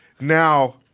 Now